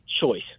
choice